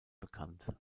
bekannt